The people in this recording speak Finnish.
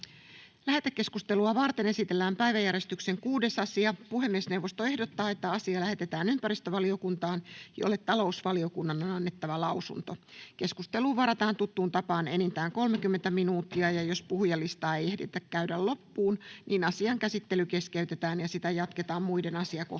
Lähetekeskustelua varten esitellään päiväjärjestyksen 6. asia. Puhemiesneuvosto ehdottaa, että asia lähetetään ympäristövaliokuntaan, jolle talousvaliokunnan on annettava lausunto. Keskusteluun varataan tuttuun tapaan enintään 30 minuuttia. Jos puhujalistaa ei ehditä käydä loppuun, asian käsittely keskeytetään ja sitä jatketaan muiden asiakohtien